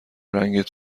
رنگ